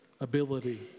ability